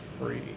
free